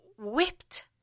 whipped